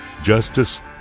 justice